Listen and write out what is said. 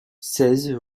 seize